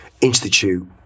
Institute